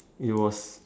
it was